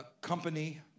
company